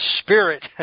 spirit